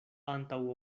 antaŭ